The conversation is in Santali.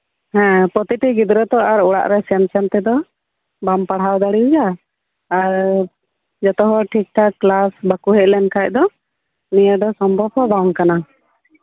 ᱦᱮᱸ ᱯᱨᱚᱛᱤᱴᱤ ᱜᱤᱫᱽᱨᱟᱹ ᱛᱚ ᱟᱨ ᱚᱲᱟᱜᱨᱮ ᱥᱮᱱ ᱥᱮᱱ ᱛᱮᱫᱚ ᱵᱟᱢ ᱯᱟᱲᱦᱟᱣ ᱫᱟᱲᱮᱭᱟᱭᱟ ᱟᱨ ᱡᱚᱛᱚᱦᱚᱲ ᱴᱷᱤᱠ ᱴᱷᱟᱠ ᱠᱮᱞᱟᱥ ᱵᱟᱠᱚ ᱞᱮᱱᱠᱷᱟᱱ ᱫᱚ ᱱᱤᱭᱟᱹ ᱫᱚ ᱥᱚᱢᱵᱷᱚᱵ ᱦᱚᱸ ᱵᱟᱝ ᱠᱟᱱᱟ